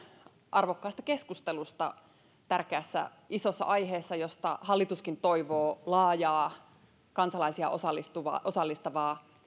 arvokkaasta keskustelusta tärkeässä isossa aiheessa josta hallituskin toivoo laajaa kansalaisia osallistavaa osallistavaa